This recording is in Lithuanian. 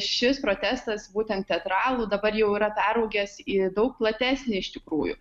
šis protestas būtent teatralų dabar jau yra peraugęs į daug platesnį iš tikrųjų